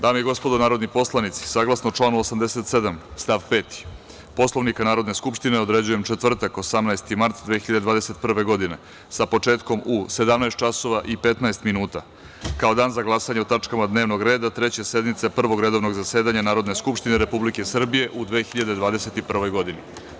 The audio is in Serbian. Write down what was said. Dame i gospodo narodni poslanici, saglasno članu 87. stav 5. Poslovnika Narodne skupštine, određujem četvrtak, 18. mart 2021. godine, sa početkom u 17 časova i 15 minuta kao dan za glasanje o tačkama dnevnog reda Treće sednice Prvog redovnog zasedanja Narodne skupštine Republike Srbije u 2021. godini.